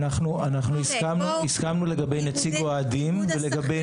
אנחנו הסכמנו לגבי נציג אוהדים ולגבי